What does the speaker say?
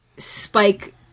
Spike